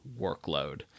workload